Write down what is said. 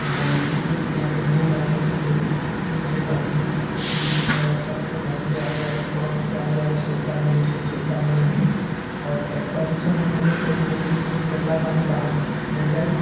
किछु दिन पहिले यहाँपे डी एम आयल छलखिन जे कि जे कहलखिन कि सभके घरके आगे कलके आगे आगे सोखता बनै छै ओ सोखता बनबेलखिन आओर ताकि प्रदूषण न फैले कभी गन्दगी गन्दा पानि बाहर नहि जाइ